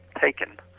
taken